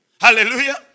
Hallelujah